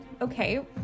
Okay